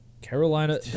Carolina